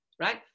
right